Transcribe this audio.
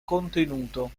contenuto